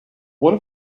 what